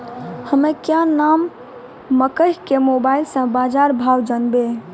हमें क्या नाम मकई के मोबाइल से बाजार भाव जनवे?